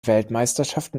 weltmeisterschaften